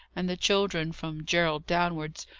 and the children, from gerald downwards,